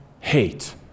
hate